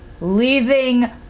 Leaving